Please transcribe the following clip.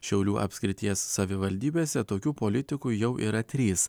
šiaulių apskrities savivaldybėse tokių politikų jau yra trys